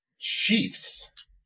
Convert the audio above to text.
Chiefs